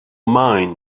mind